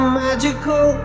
magical